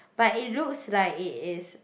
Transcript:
but it looks like it is